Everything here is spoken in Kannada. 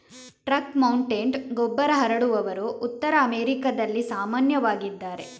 ಟ್ರಕ್ ಮೌಂಟೆಡ್ ಗೊಬ್ಬರ ಹರಡುವವರು ಉತ್ತರ ಅಮೆರಿಕಾದಲ್ಲಿ ಸಾಮಾನ್ಯವಾಗಿದ್ದಾರೆ